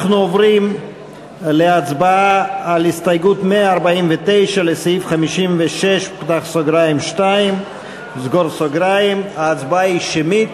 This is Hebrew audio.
אנחנו עוברים להצבעה על הסתייגות 149 לסעיף 56(2). ההצבעה היא שמית.